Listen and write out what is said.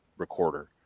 Recorder